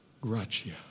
gratia